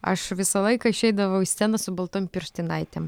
aš visą laiką išeidavau į sceną su baltom pirštinaitėm